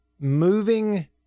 moving